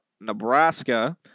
Nebraska